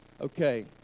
Okay